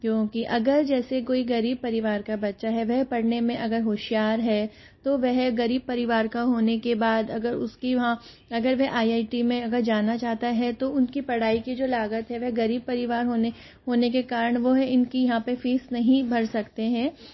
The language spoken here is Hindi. क्योंकि अगर जैसे कोई गरीब परिवार का बच्चा है वह पढ़ने में अगर होशियार है तो वह गरीब परिवार का होने के बाद अगर उसकी वहाँ अगर वह आई आई टी में अगर जाना चाहता है तो उनकी पढ़ाई की जो लागत है वह गरीब परिवार होने होने के कारण वह इनकी यहाँ पर फीस नहीं भर सकते हैं